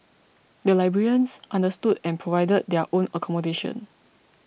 the librarians understood and provided their own accommodation